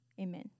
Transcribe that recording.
amen